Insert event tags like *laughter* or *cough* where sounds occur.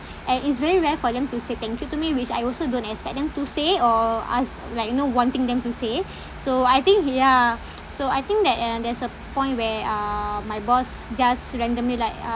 and it's very rare for them to say thank you to me which I also don't expect them to say or ask like you know wanting them to say so I think ya *noise* so I think that uh there's a point where uh my boss just randomly like uh